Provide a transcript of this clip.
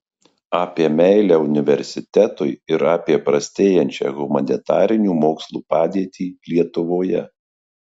apie meilę universitetui ir apie prastėjančią humanitarinių mokslų padėtį lietuvoje